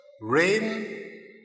Rain